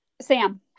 Sam